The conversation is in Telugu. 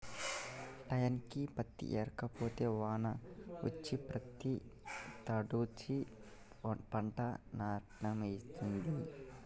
టైంకి పత్తేరక పోతే వానలొస్తే పత్తి తడ్సి పంట నట్టమైనట్టే